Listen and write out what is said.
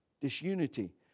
disunity